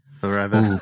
forever